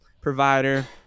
provider